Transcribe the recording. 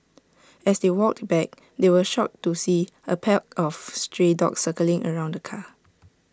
as they walked back they were shocked to see A pack of stray dogs circling around the car